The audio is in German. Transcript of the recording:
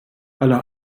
aller